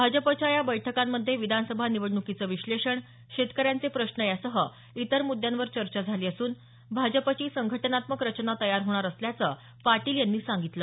भाजपाच्या या बैठकांमधे विधानसभा निवडणुकीचं विश्लेषण शेतकऱ्याचे प्रश्न यासह इतर मुद्यांवर चर्चा झाली असून भाजपाची संघटनात्मक रचना तयार होणार असल्याचं पाटील यांनी सांगितलं